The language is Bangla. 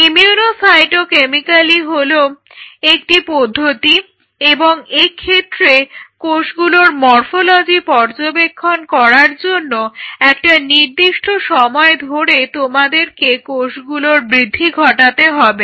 ইমিউনো সাইটো কেমিক্যালি হলো একটি পদ্ধতি এবং এক্ষেত্রে কোষগুলোর মর্ফলজি পর্যবেক্ষণ করার জন্য একটা নির্দিষ্ট সময় ধরে তোমাদেরকে কোষগুলোর বৃদ্ধি ঘটাতে হবে